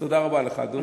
תודה רבה לך, אדוני.